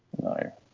No